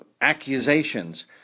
accusations